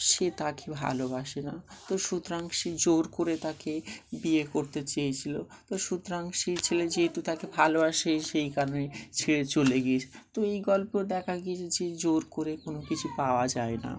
সে তাকে ভালোবাসে না তো সুতরাং তো জোর করে তাকে বিয়ে করতে চেয়েছিলো তো সুতরাং সে ছেলে যেহেতু তাকে ভালোবাসে সেই কারণে ছেড়ে চলে গিয়েছে তো এই গল্প দেখা গিয়েছে যে জোর করে কোনো কিছু পাওয়া যায় না